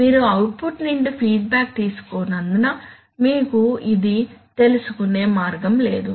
మీరు అవుట్పుట్ నుండి ఫీడ్బ్యాక్ తీసుకోనందున మీకు ఇది తెలుసుకునే మార్గం లేదు